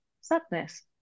sadness